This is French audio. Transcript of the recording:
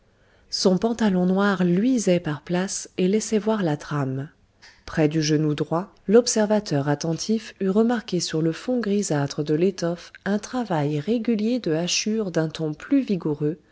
son pantalon noir luisait par places et laissait voir la trame près du genou droit l'observateur attentif eût remarqué sur le fond grisâtre de l'étoffe un travail régulier de hachures d'un ton plus vigoureux